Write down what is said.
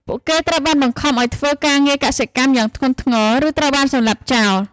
ពួកគេត្រូវបានបង្ខំឱ្យធ្វើការងារកសិកម្មយ៉ាងធ្ងន់ធ្ងរឬត្រូវបានសម្លាប់ចោល។